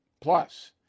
Plus